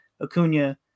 Acuna